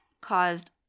caused